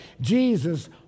Jesus